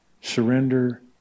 surrender